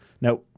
now